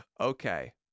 Okay